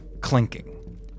clinking